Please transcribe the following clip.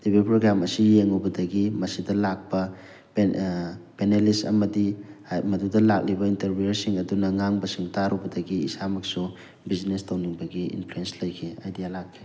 TV programme ꯑꯁꯤ ꯌꯦꯡꯂꯨꯕꯗꯒꯤ ꯃꯁꯤꯗ ꯂꯥꯛꯄ ꯄꯦꯟ ꯄꯦꯅꯦꯂꯤꯁ ꯑꯃꯗꯤ ꯃꯗꯨꯗ ꯂꯥꯛꯂꯤꯕ ꯏꯟꯇꯔꯄ꯭ꯔꯦꯅꯔꯁꯤꯡ ꯑꯗꯨꯅ ꯉꯥꯡꯕꯁꯤꯡ ꯇꯥꯔꯨꯕꯗꯒꯤ ꯏꯁꯥꯃꯛꯁꯨ ꯕꯤꯁꯤꯅꯦꯁ ꯇꯧꯅꯤꯡꯕꯒꯤ ꯏꯟꯐ꯭ꯂꯣꯟꯁ ꯂꯩꯈꯤ ꯑꯥꯏꯗꯤꯌꯥ ꯂꯥꯛꯈꯤ